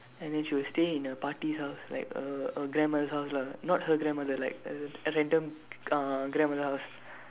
and then she will stay in a பாட்டி:patdi house like a a grandmother's house lah not her grandmother like a random uh grandmother's house